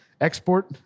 Export